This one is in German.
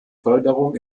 förderung